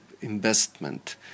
investment